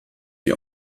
die